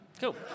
Cool